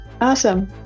Awesome